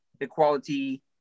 equality